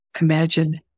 imagine